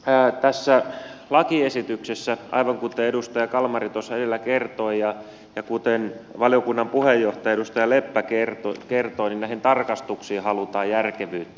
tässä lakiesityksessä aivan kuten edustaja kalmari tuossa edellä kertoi ja kuten valiokunnan puheenjohtaja edustaja leppä kertoi näihin tarkastuksiin halutaan järkevyyttä